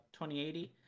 2080